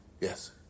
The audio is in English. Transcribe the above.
yes